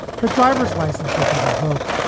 her driver's license would be revoked.